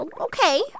Okay